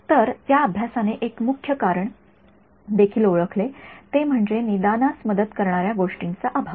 तर त्या अभ्यासाने एक मुख्य कारण देखील ओळखले ते म्हणजे निदानास मदत करणाऱ्या गोष्टींचा अभाव